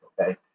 okay